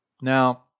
Now